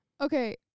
Okay